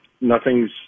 nothing's